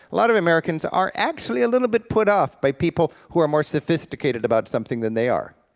lot of americans are actually a little bit put off by people who are more sophisticated about something than they are.